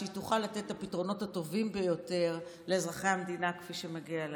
שהיא תוכל לתת את הפתרונות הטובים ביותר לאזרחי המדינה כפי שמגיע להם.